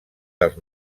dels